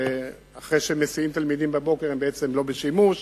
אחרי שהם מסיעים תלמידים בבוקר הם לא בשימוש,